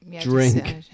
drink